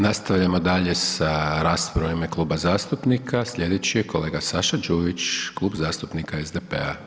Nastavljamo dalje sa raspravom u ime kluba zastupnika, slijedeći je kolega Saša Đujić, Klub zastupnika SDP-a.